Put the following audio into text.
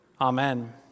Amen